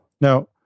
Now